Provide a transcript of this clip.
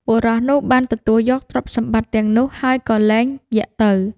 បុរសនោះបានទទួលយកទ្រព្យសម្បត្តិទាំងនោះ ហើយក៏លែងយក្សទៅ។